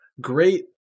Great